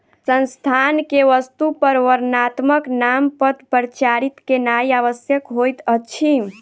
संस्थान के वस्तु पर वर्णात्मक नामपत्र प्रचारित केनाई आवश्यक होइत अछि